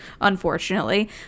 unfortunately